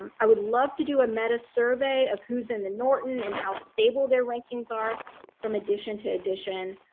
um i would love to do a meta survey of who's in the norton and how stable their rankings are from edition to edition,